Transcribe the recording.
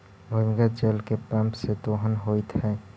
भूमिगत जल के पम्प से दोहन होइत हई